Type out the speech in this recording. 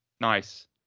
Nice